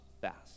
fast